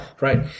Right